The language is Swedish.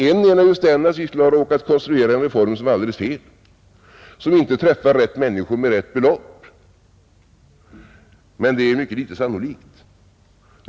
En är naturligtvis att vi skulle ha råkat konstruera en reform som är alldeles felaktig, som inte träffar rätta människor med rätt belopp. Det är mycket litet sannolikt.